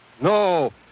No